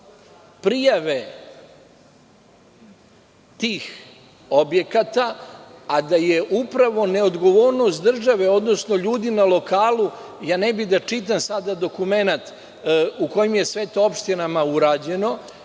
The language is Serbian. prijave tih objekata, a da je upravo neodgovornost države, odnosno ljudi na lokalu, ne bih da čitam sada dokument u kojim je sve to opštinama urađeno,